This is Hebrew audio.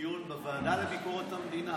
דיון בוועדה לביקורת המדינה,